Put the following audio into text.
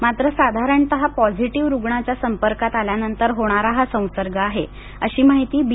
मात्र साधारणतः पॉझिटिव्ह रुग्णाच्या संपर्कात आल्यानंतर होणारा हा संसर्ग आहे अशी माहिती बी